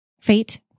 Fate